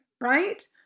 right